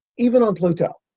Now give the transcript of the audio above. even on pluto.